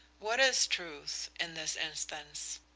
what is truth in this instance?